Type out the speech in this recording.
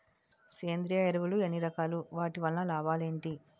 సేంద్రీయ ఎరువులు ఎన్ని రకాలు? వాటి వల్ల లాభాలు ఏంటి?